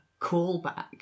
callback